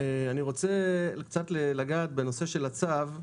אני רוצה לגעת בנושא של הצו,